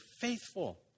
faithful